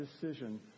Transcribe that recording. decision